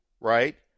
right